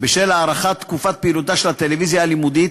בשל הארכת תקופת פעילותה של הטלוויזיה הלימודית,